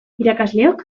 irakasleok